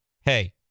hey